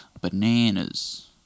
bananas